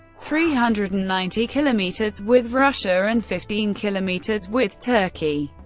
three hundred and ninety kilometers with russia and fifteen kilometers with turkey.